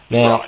Now